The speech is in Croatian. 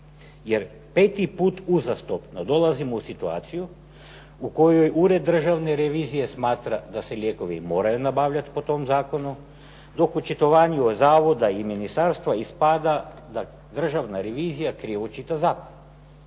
jer peti put uzastopno dolazim u situaciju u kojoj Ured državne revizije smatra da se lijekovi moraju nabavljati po tom zakonu, dok u očitovanju od zavoda i ministarstva ispada da Državna revizija krivo čita zakon.